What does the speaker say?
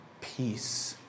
peace